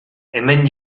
hemen